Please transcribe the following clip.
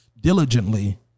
diligently